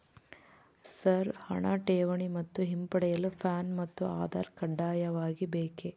Sir ಹಣ ಠೇವಣಿ ಮತ್ತು ಹಿಂಪಡೆಯಲು ಪ್ಯಾನ್ ಮತ್ತು ಆಧಾರ್ ಕಡ್ಡಾಯವಾಗಿ ಬೇಕೆ?